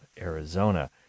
Arizona